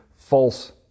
False